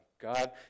God